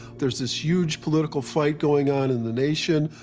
there's this huge political fight going on in the nation,